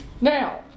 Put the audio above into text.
Now